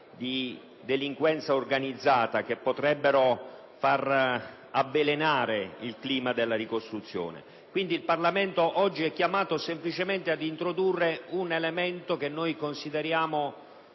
di delinquenza organizzata che potrebbero avvelenare il clima della ricostruzione. Il Parlamento oggi è pertanto chiamato semplicemente ad introdurre un elemento che noi consideriamo